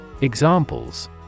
Examples